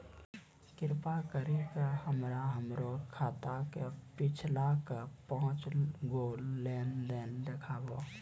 कृपा करि के हमरा हमरो खाता के पिछलका पांच गो लेन देन देखाबो